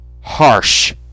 Harsh